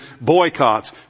boycotts